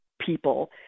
people